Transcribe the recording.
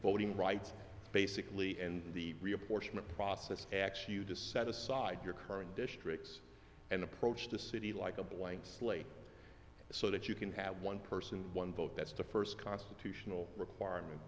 voting rights basically and the reapportionment process acts you to set aside your current districts and approached a city like a blank slate so that you can have one person one vote that's the first constitutional requirement